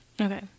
Okay